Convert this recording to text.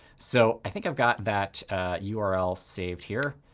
so i think i've got that yeah url saved here.